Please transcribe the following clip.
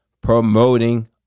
promoting